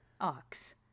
ox